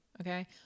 okay